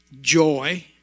joy